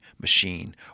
machine